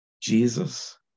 Jesus